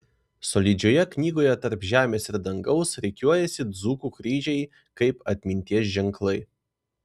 solidžioje knygoje tarp žemės ir dangaus rikiuojasi dzūkų kryžiai kaip atminties ženklai